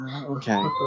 Okay